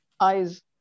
eyes